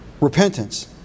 repentance